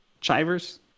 Chivers